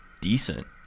decent